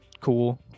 cool